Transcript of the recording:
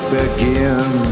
begin